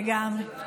לגמרי.